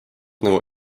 nagu